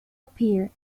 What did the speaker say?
appear